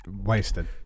Wasted